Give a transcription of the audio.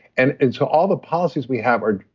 and and so all the policies we have are.